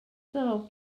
thaw